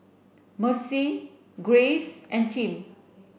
Mercer Grace and Tim